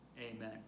Amen